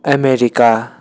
America